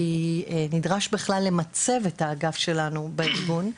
כי נדרש בכלל למצב את האגף שלנו בארגון,